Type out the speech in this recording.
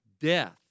death